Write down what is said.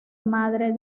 madre